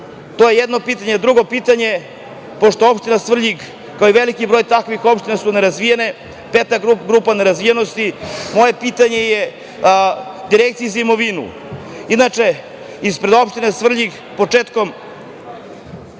To je jedno pitanje. Drugo pitanje. Pošto je Opština Svrljig, kao i veliki broj takvih opština, nerazvijena, peta grupa nerazvijenosti, moje pitanje je upućeno Direkciji za imovinu. Inače, ispred Opštine Svrljig, početkom